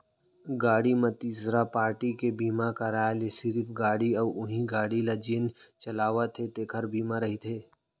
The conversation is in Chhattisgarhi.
गाड़ी म तीसरा पारटी के बीमा कराय ले सिरिफ गाड़ी अउ उहीं गाड़ी ल जेन चलावत हे तेखर बीमा रहिथे